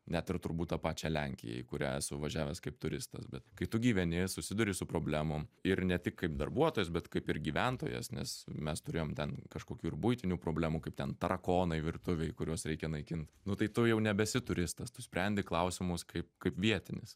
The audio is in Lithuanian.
net ir turbūt tą pačią lenkiją į kurią esu važiavęs kaip turistas bet kai tu gyveni susiduri su problemom ir ne tik kaip darbuotojas bet kaip ir gyventojas nes mes turėjom ten kažkokių ir buitinių problemų kaip ten tarakonai virtuvėj kuriuos reikia naikint nu tai tu jau nebesi turistas tu sprendi klausimus kaip kaip vietinis